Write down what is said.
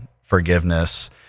forgiveness